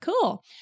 Cool